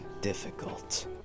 difficult